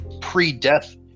pre-death